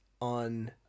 on